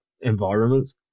environments